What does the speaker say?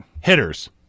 Hitters